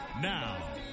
Now